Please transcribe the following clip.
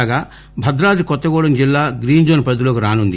కాగా భద్రాద్రి కొత్తగూడెం జిల్లా green zone పరిధిలోకి రానుంది